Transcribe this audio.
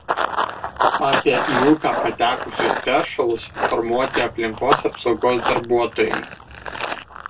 apie į upę patekusius teršalus informuoti aplinkos apsaugos darbuotojai